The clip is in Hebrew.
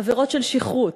עבירות של שכרות,